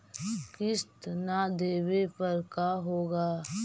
किस्त न देबे पर का होगा?